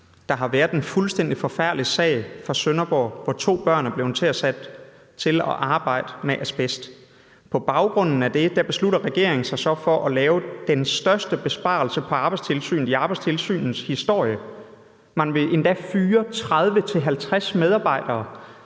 Der har været en fuldstændig forfærdelig sag fra Sønderborg, hvor to børn er blevet sat til at arbejde med asbest. Med det som baggrund beslutter regeringen sig så for at lave den største besparelse på Arbejdstilsynet i Arbejdstilsynets historie. Man vil endda fyre 30-50 medarbejdere,